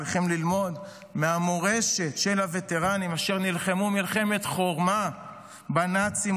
צריכים ללמוד מהמורשת של הווטרנים אשר נלחמו מלחמת חורמה בנאצים,